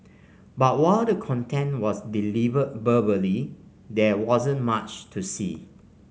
but while the content was delivered verbally there wasn't much to see